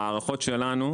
זה התפקיד שלה.